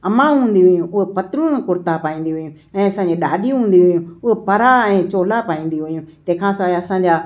अम्मा हूंदियूं हुयूं उहे पतलून कर्ता पाईंदियूं हुयूं ऐं असांजी ॾाॾियूं हूंदियूं हुयूं हू परा ऐं चोला पाईंदियूं हुयूं तंहिंखां सवाइ असांजा